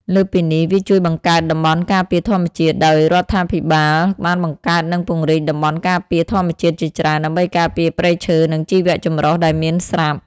លើសពីនេះ វាជួយបង្កើតតំបន់ការពារធម្មជាតិ ដោយ រាជរដ្ឋាភិបាលបានបង្កើត និងពង្រីកតំបន់ការពារធម្មជាតិជាច្រើន ដើម្បីការពារព្រៃឈើ និងជីវៈចម្រុះដែលមានស្រាប់។